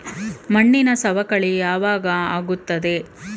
ಮಣ್ಣಿನ ಸವಕಳಿ ಯಾವಾಗ ಆಗುತ್ತದೆ?